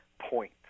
point